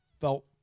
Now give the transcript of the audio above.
felt